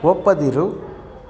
ಒಪ್ಪದಿರು